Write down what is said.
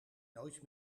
nooit